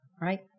right